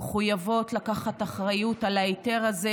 מחויבות לקחת אחריות על ההיתר הזה,